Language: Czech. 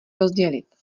rozdělit